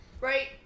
Right